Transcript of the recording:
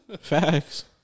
facts